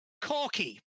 Corky